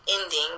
ending